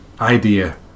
idea